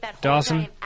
Dawson